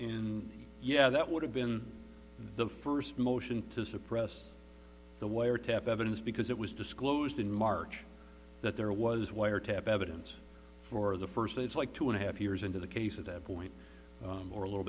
in yeah that would have been the first motion to suppress the wiretap evidence because it was disclosed in march that there was wiretap evidence for the first days like two and a half years into the case at that point or a little